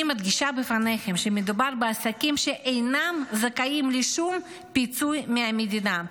אני מדגישה בפניכם שמדובר בעסקים שאינם זכאים לשום פיצוי מהמדינה,